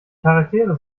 charaktere